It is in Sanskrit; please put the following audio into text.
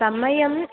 समयम्